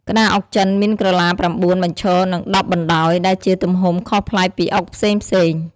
ក្តារអុកចិនមានក្រឡា ៩ បញ្ឈរ និង ១០ បណ្តាយ ដែលជាទំហំខុសប្លែកពីអុកផ្សេងៗ។